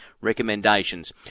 recommendations